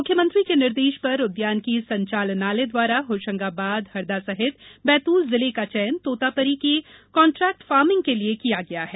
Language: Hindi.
मुख्यमंत्री के निर्देश पर उद्यानिकी संचालनालय द्वारा होशंगाबाद हरदा सहित बैतूल जिले का चयन तोतापरी की कान्ट्रेक्ट फार्मिंग के लिए किया गया है